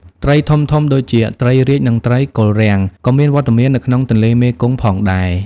ត្រីធំៗដូចជាត្រីរាជ និងត្រីគល់រាំងក៏មានវត្តមាននៅក្នុងទន្លេមេគង្គផងដែរ។